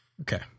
Okay